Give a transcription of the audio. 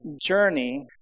journey